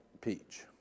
peach